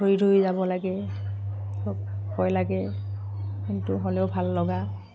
ধৰি ধৰি যাব লাগে ভয় লাগে কিন্তু হ'লেও ভাল লগা